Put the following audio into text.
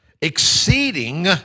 exceeding